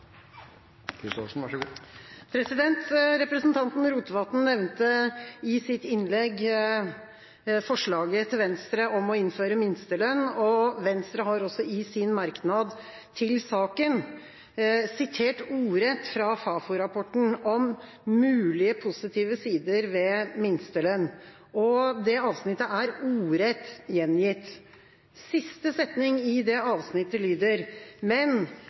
Representanten Rotevatn nevnte i sitt innlegg forslaget fra Venstre om å innføre minstelønn. Venstre har i sin merknad til saken sitert fra Fafo-rapporten om mulige positive sider ved minstelønn. Det avsnittet er ordrett gjengitt. Siste setning i det avsnittet lyder: «[…] men